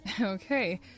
Okay